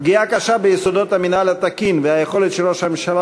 פגיעה קשה ביסודות המינהל התקין והיכולת של ראש הממשלה